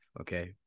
Okay